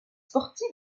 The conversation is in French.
sportif